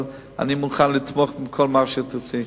אבל אני מוכן לתמוך בכל מה שתרצי.